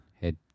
head